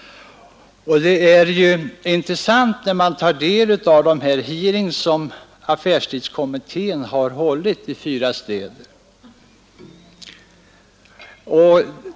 Det är intressant att ta del av de hearings, som affärstidskommittén hållit i fyra städer.